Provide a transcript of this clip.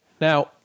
Now